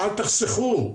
אל תחסכו.